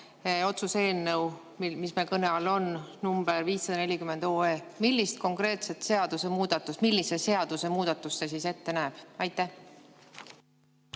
otsuse eelnõu, mis meil kõne all on, 540 OE. Millise konkreetse seadusemuudatuse, millise seaduse muudatuse see ette näeb? Aitäh!